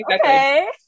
okay